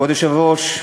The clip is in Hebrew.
כבוד היושב-ראש,